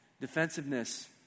Defensiveness